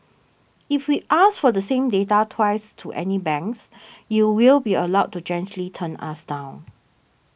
if we ask for the same data twice to any banks you will be allowed to gently turn us down